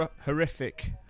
horrific